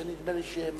שנדמה לי שהן